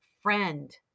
friend